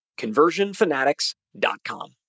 conversionfanatics.com